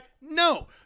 No